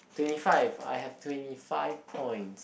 twenty five I have twenty five points